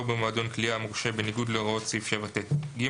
במועדון קליעה מורשה בניגוד להוראות סעיף 7ט(ג),